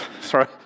Sorry